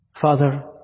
Father